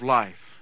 life